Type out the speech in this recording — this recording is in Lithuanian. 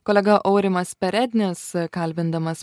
kolega aurimas perednis kalbindamas